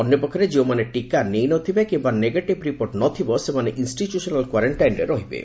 ଅନ୍ୟପକ୍ଷରେ ଯେଉଁମାନେ ଟିକା ନେଇ ନ ଥିବେ କିମ୍ୟା ନେଗେଟିଭ୍ ରିପୋଟ ନ ଥିବ ସେମାନେ ଇଷ୍ଟିଚ୍ୟୁସ୍ନାଲ କ୍ୱାରେକ୍କାଇନ୍ରେ ରହିବେ